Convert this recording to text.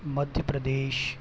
Madhya Pradesh